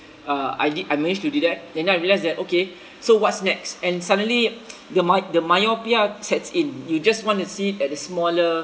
uh I did I managed to do that and then I realised that okay so what's next and suddenly the my~ the myopia sets in you just want to see at a smaller